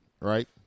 Right